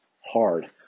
hard